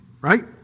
right